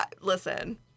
Listen